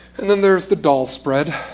and then there's the doll spread.